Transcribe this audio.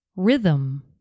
Rhythm